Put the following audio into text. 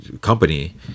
company